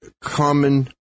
common